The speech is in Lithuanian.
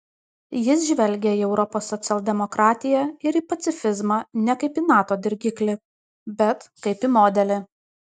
jis žvelgia į europos socialdemokratiją ir į pacifizmą ne kaip į nato dirgiklį bet kaip į modelį